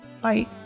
Bye